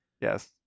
yes